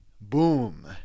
Boom